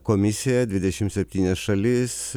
komisijoje dvidešim septynias šalis